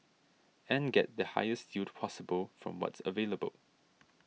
and get the highest yield possible from what's available